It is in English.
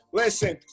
listen